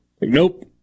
Nope